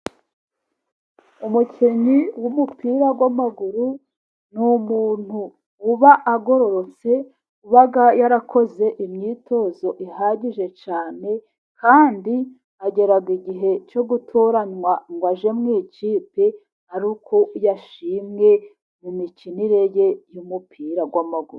Umukinnyi w'umupira w'amaguru ni umuntu uba agororotse uba yarakoze imyitozo ihagije cyane, kandi agera igihe cyo gutoranywa ngo ajye mu ikipe, ari uko yashimwe mu mikinire ye y'umupira w'amaguru.